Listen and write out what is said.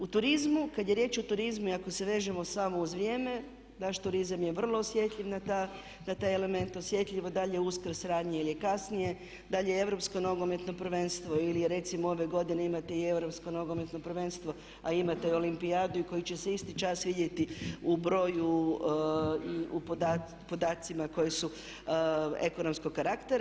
U turizmu kad je riječ o turizmu i ako se vežemo samo uz vrijeme naš turizam je vrlo osjetljiv na taj element, osjetljivo da li je Uskrs ranije ili je kasnije, da li je Europsko nogometno prvenstvo ili je recimo ove godine imate i Europsko nogometno prvenstvo a imate i olimpijadu i koji će se isti čas vidjeti u broju i u podacima koji su ekonomskog karaktera.